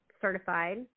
certified